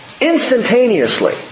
Instantaneously